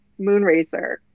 Moonracer